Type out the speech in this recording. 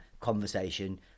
conversation